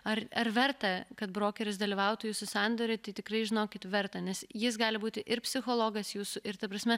ar ar verta kad brokeris dalyvautų jūsų sandory tai tikrai žinokit verta nes jis gali būti ir psichologas jūsų ir ta prasme